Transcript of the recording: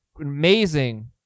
amazing